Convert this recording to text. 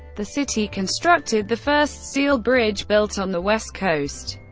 the city constructed the first steel bridge built on the west coast.